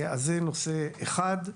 אז זה נושא אחד.